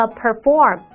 perform